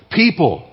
people